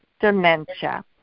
dementia